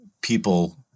people